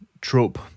trope